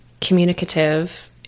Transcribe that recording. communicative